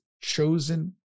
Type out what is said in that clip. chosen